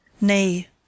Nay